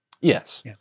Yes